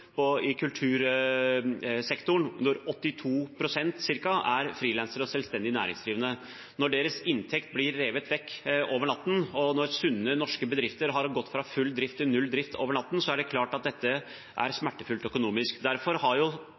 kultursektoren, er ca. 82 pst. frilansere og selvstendig næringsdrivende. Når deres inntekt blir revet vekk over natten, og når sunne norske bedrifter har gått fra full drift til null drift over natten, er det klart at dette er smertefullt økonomisk. Derfor har